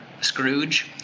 Scrooge